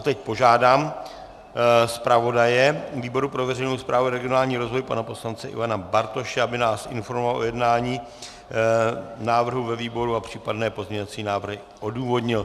Teď požádám zpravodaje výboru pro veřejnou správu a regionální rozvoj pana poslance Ivana Bartoše, aby nás informoval o jednání návrhu ve výboru a případné pozměňovací návrhy odůvodnil.